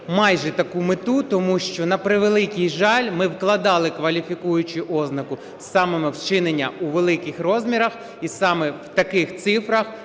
майже таку мету, тому що, на превеликий жаль, ми вкладали кваліфікуючу ознаку саме у вчинення у великих розмірах і саме в таких цифрах